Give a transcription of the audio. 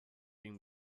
been